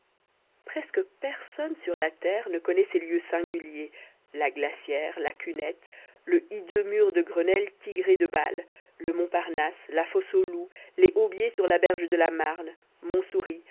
presque personne sur la terre ne connaît ces lieux singuliers la glacière la cunette le hideux mur de grenelle tigré de balles le mont parnasse la fosse aux loups les aubiers sur la berge de la marne montsouris